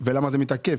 מבחינת העודפים,